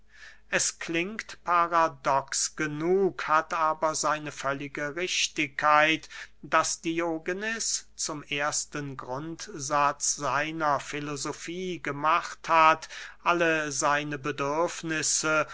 es klingt paradox genug hat aber seine völlige richtigkeit daß diogenes zum ersten grundsatz seiner filosofie gemacht hat alle seine bedürfnisse